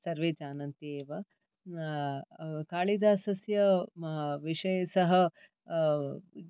सर्वे जानन्ति एव कालिदासस्य विषये सः